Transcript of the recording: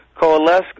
coalesce